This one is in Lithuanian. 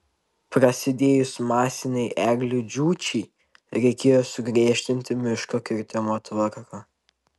prasidėjus masinei eglių džiūčiai reikėjo sugriežtinti miško kirtimo tvarką